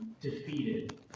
defeated